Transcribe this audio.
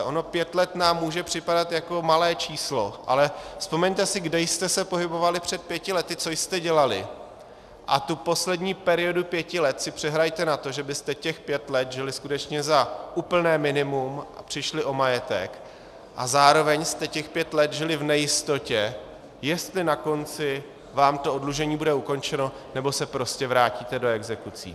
Ono pět let nám může připadat jako malé číslo, ale vzpomeňte si, kde jste se pohybovali před pěti lety, co jste dělali, a tu poslední periodu pěti let si přehrajte na to, že byste těch pět let žili skutečně za úplné minimum a přišli o majetek a zároveň jste těch pět let žili v nejistotě, jestli na konci vám to oddlužení bude ukončeno, nebo se prostě vrátíte do exekucí.